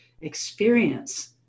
experience